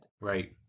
right